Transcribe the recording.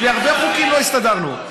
בלי הרבה חוקים הסתדרנו.